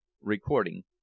Recording